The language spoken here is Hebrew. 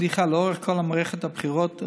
הצליחה לאורך כל מערכת הבחירות,